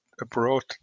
abroad